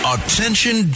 Attention